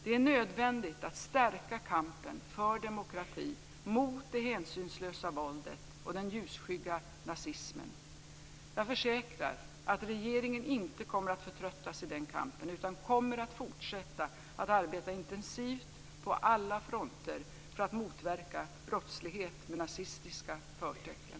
Det är nödvändigt att stärka kampen för demokratin, mot det hänsynslösa våldet och den ljusskygga nazismen. Jag försäkrar att regeringen inte kommer att förtröttas i den kampen utan kommer att fortsätta att arbeta intensivt på alla fronter för att motverka brottslighet med nazistiska förtecken.